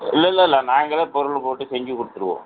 இல்லல்லல்லை நாங்களே பொருள் போட்டு செஞ்சுக் கொடுத்துருவோம்